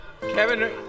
Kevin